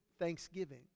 thanksgiving